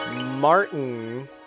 Martin